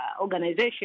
organization